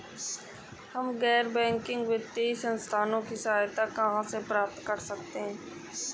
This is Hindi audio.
हम गैर बैंकिंग वित्तीय संस्थानों की सहायता कहाँ से प्राप्त कर सकते हैं?